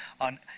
on